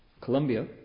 Colombia